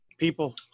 People